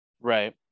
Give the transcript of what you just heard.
Right